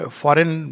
foreign